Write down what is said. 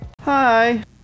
Hi